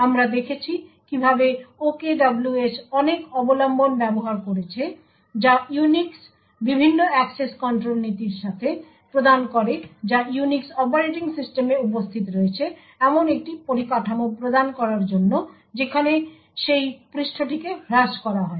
আমরা দেখেছি কিভাবে OKWS অনেক অবলম্বন ব্যবহার করেছে যা ইউনিক্স বিভিন্ন অ্যাক্সেস কন্ট্রোল নীতির সাথে প্রদান করে যা ইউনিক্স অপারেটিং সিস্টেমে উপস্থিত রয়েছে এমন একটি পরিকাঠামো প্রদান করার জন্য যেখানে সেই পৃষ্ঠটিকে হ্রাস করা হয়